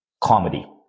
comedy